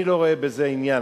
אני לא רואה בזה עניין.